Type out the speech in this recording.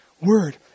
word